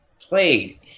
played